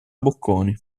bocconi